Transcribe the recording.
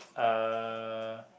uh